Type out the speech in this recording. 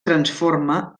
transforma